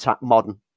modern